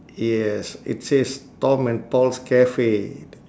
yes it says tom and paul's cafe